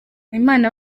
impano